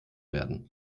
werden